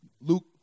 Luke